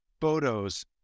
photos